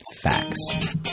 Facts